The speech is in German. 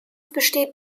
besteht